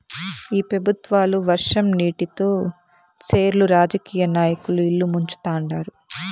ఈ పెబుత్వాలు వర్షం నీటితో సెర్లు రాజకీయ నాయకుల ఇల్లు ముంచుతండారు